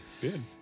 Good